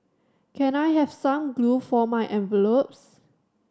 can I have some glue for my envelopes